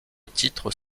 titres